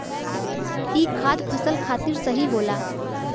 ई खाद फसल खातिर सही होला